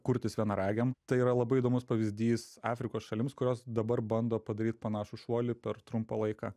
kurtis vienaragiam tai yra labai įdomus pavyzdys afrikos šalims kurios dabar bando padaryt panašų šuolį per trumpą laiką